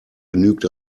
genügt